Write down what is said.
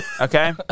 Okay